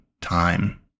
time